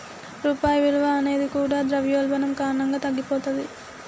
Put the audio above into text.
రూపాయి విలువ అనేది కూడా ద్రవ్యోల్బణం కారణంగా తగ్గిపోతది